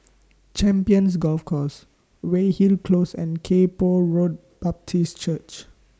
Champions Golf Course Weyhill Close and Kay Poh Road Baptist Church